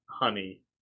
Honey